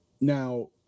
now